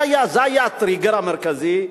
זה היה הטריגר המרכזי,